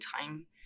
time